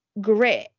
grit